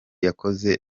yakoze